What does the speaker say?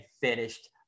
finished